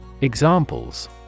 Examples